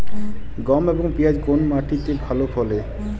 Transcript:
গম এবং পিয়াজ কোন মাটি তে ভালো ফলে?